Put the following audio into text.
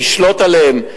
נשלוט עליו,